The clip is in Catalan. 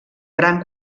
gran